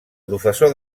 professor